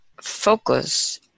focus